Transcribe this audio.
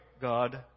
God